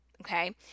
Okay